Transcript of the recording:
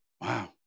wow